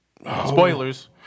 Spoilers